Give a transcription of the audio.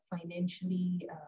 financially